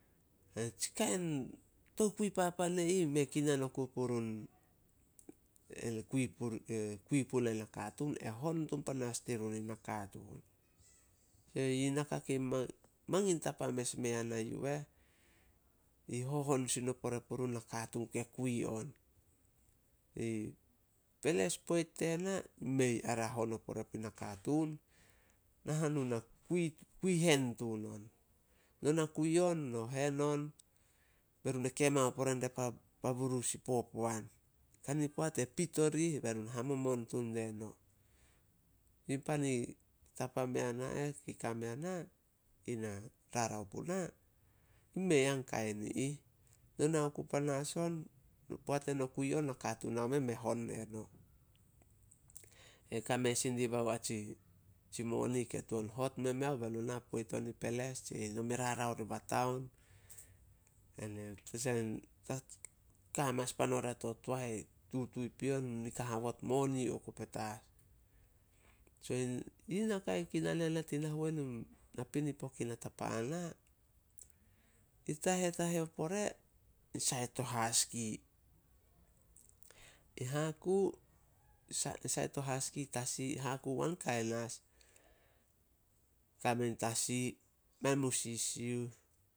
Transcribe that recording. A tsi kain tokui papan e ih, mei kinan oku purun e kui punai nakatuun. E hon tun panas dirun i nakatuun. Ok, yi naka kei ma- mangin tapa mes mea na yu eh, i hohon sin o pore purun i nakatuun ke kui on. I peles poit tena, i mei a ra hon o pore pui nakatuun. Nahanu na kui- kui hen tun on. No na kui on, no hen on berun e kema o pore dia pa- pa burus i popoan. Kani poat e pit orih berun hamomon tun die no. In pan i tapa mea na eh, i na rarao puna, mei a kain i ih. No na ku panas on, poat eno kui on, nakatuun nao meh me hon neno. E kame sin dibao atsi moni ke tuan hot me mieo be no na poit on peles tse no me rarao oriba taon. Ka manas pan oria to toae tutu pion nika haobot, moni oku petas. So, yi naka kei kinan yana tin nahuenu napinipo kei na tapa ana. I Tahetahe o pore, in sait to haski. I Haku sait to haski tasi, Haku wan kain as. Kame in tasi, men mu sisiuh